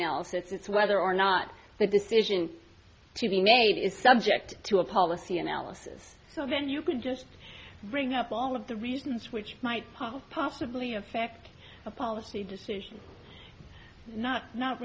it's whether or not the decision to be made is subject to a policy analysis so then you could just bring up all of the reasons which might post possibly affect policy decisions not not